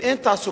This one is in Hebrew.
אם אין תעסוקה,